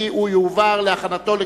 נתקבלה.